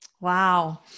Wow